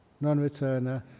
Non-returner